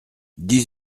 dix